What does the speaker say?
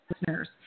listeners